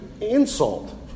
insult